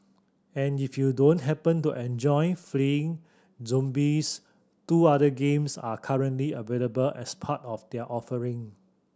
and if you don't happen to enjoy fleeing zombies two other games are currently available as part of their offering